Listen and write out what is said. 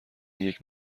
اینیک